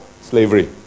slavery